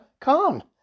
Khan